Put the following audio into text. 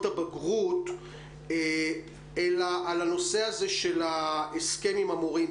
הבגרות אלא על הנושא של ההסכם עם המורים.